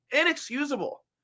inexcusable